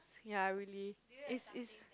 ya really it's it's